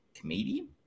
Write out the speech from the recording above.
comedian